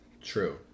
True